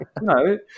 No